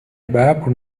ببر